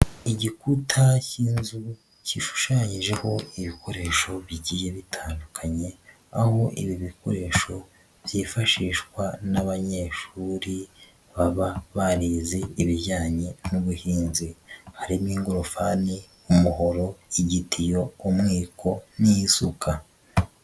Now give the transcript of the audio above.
Igikuta cy'inzu gishushanyijeho ibikoresho bigiye bitandukanye, aho ibi bikoresho byifashishwa n'abanyeshuri baba barize ibijyanye n'ubuhinzi. Hari ingororofani, umuhoro, igitiyo, umweko n'isuka.